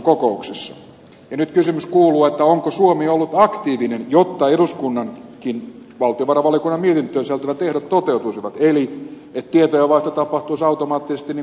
ja nyt kysymys kuuluu onko suomi ollut aktiivinen jotta eduskunnankin valtiovarainvaliokunnan mietintöön sisältyvät ehdot toteutuisivat eli että tietojenvaihto tapahtuisi automaattisesti niin kuin ed